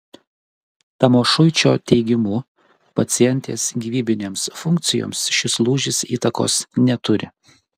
tamošuičio teigimu pacientės gyvybinėms funkcijoms šis lūžis įtakos neturi